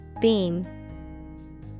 Beam